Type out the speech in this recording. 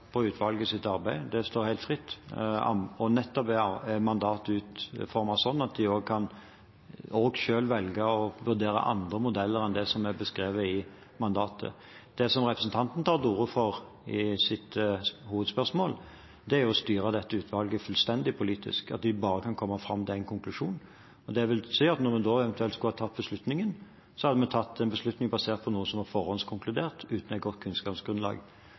arbeid. Det står helt fritt, og mandatet er utformet slik at de selv kan velge også å vurdere andre modeller enn det som er beskrevet i mandatet. Det som representanten tar til orde for i sitt hovedspørsmål, er å styre dette utvalget fullstendig politisk, slik at de bare kan komme fram til én konklusjon. Det vil si at når vi da eventuelt skulle ta beslutningen, hadde vi tatt en beslutning basert på noe som var forhåndskonkludert, uten et godt kunnskapsgrunnlag.